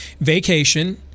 vacation